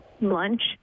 lunch